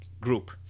group